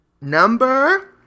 Number